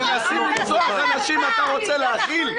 מנסים לרצוח אנשים ואתה רוצה להכיל?